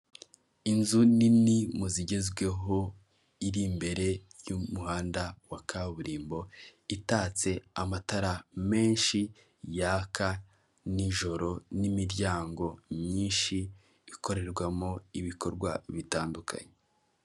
Inzu nini mu zigezweho, iri imbere y'umuhanda wa kaburimbo, itatse amatara menshi yaka nijoro, n'imiryango myinshi ikorerwamo ibikorwa bitandukanye.